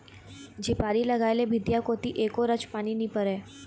झिपारी लगाय ले भीतिया कोती एको रच पानी नी परय